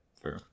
True